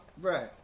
Right